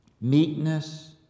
meekness